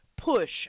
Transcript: push